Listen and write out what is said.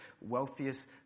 wealthiest